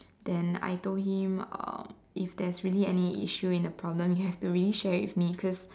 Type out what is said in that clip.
then I told him um if there's really any issue in the problem he has to really share with me because